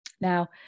Now